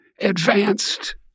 advanced